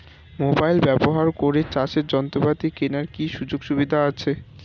Mobile ব্যবহার করে চাষের যন্ত্রপাতি কেনার কি সুযোগ সুবিধা আছে?